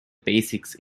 basics